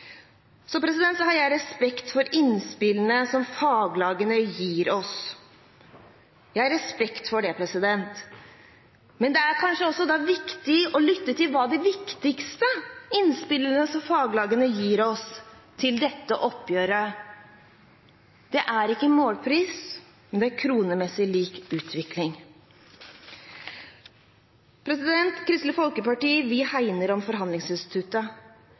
Så har jeg respekt for innspillene som faglagene gir oss. Jeg har respekt for dem, men det er kanskje viktig å lytte til de viktigste innspillene som faglagene gir oss til dette oppgjøret. Det er ikke målpris, men det er kronemessig lik utvikling. Kristelig Folkeparti hegner om forhandlingsinstituttet.